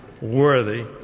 worthy